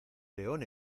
león